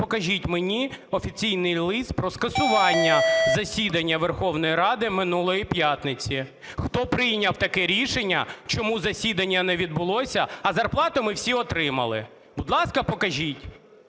покажіть мені офіційний лист про скасування засідання Верховної Ради минулої п'ятниці, хто прийняв таке рішення, чому засідання не відбулося, а зарплату ми всі отримали. Будь ласка, покажіть.